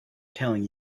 telling